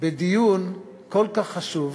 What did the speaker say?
בדיון כל כך חשוב,